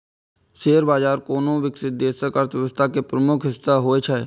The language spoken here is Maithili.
शेयर बाजार कोनो विकसित देशक अर्थव्यवस्था के प्रमुख हिस्सा होइ छै